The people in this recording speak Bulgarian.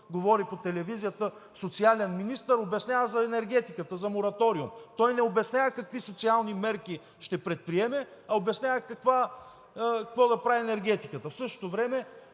говори по телевизията – социален министър ни обяснява за енергетиката, за мораториума. Той не обяснява какви социални мерки ще предприеме, а обяснява какво да прави енергетиката. И тук към